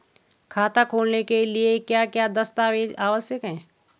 खाता खोलने के लिए क्या क्या दस्तावेज़ आवश्यक हैं?